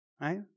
right